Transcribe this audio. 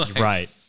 right